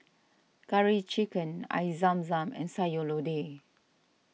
Curry Chicken Air Zam Zam and Sayur Lodeh